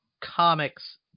comics